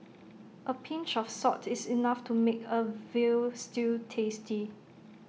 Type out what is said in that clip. A pinch of salt is enough to make A Veal Stew tasty